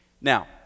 Now